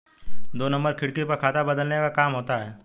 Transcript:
दो नंबर खिड़की पर खाता बदलने का काम होता है